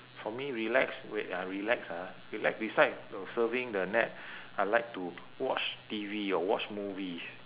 for me relax wait ah relax ah relax besides uh surfing the net I like to watch T_V or watch movies